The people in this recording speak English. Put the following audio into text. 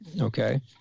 okay